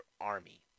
Army